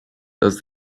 does